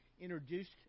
introduced